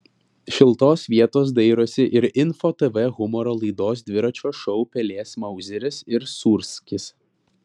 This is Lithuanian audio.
šiltos vietos dairosi ir info tv humoro laidos dviračio šou pelės mauzeris ir sūrskis